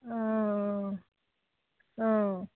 অঁ অঁ